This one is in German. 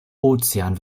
ozean